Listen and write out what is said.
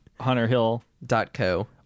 hunterhill.co